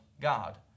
God